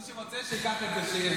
מי שרוצה, שייקח את זה.